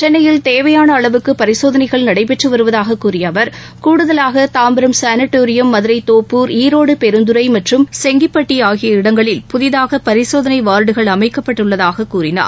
சென்னையில் தேவையான அளவுக்கு பரிசோதனைகள் நடைபெற்று வருவதாக கூறிய அவர் கூடுதலாக தாம்பரம் சானடோரியம் மதுரை தோப்பூர் ஈரோடு பெருந்துறை மற்றம் செங்கிப்பட்டி ஆகிய இடங்களில் புதிதாக பரிசோதனை மையங்கள் அமைக்கப்படும் என்று கூறினார்